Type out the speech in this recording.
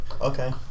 Okay